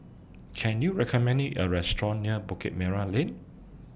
Can YOU recommend Me A Restaurant near Bukit Merah Lane